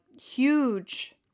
huge